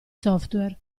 software